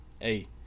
hey